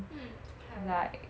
mmhmm correct